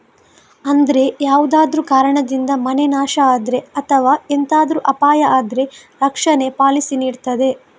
ಅಂದ್ರೆ ಯಾವ್ದಾದ್ರೂ ಕಾರಣದಿಂದ ಮನೆ ನಾಶ ಆದ್ರೆ ಅಥವಾ ಎಂತಾದ್ರೂ ಅಪಾಯ ಆದ್ರೆ ರಕ್ಷಣೆ ಪಾಲಿಸಿ ನೀಡ್ತದೆ